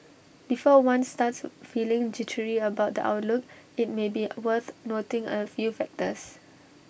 before one starts feeling jittery about the outlook IT may be worth noting A few factors